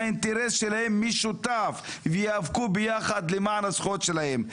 שהאינטרס שלהם משותף וייאבקו ביחד למען הזכויות שלהם.